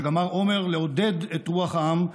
שגמר אומר לעודד את רוח העם,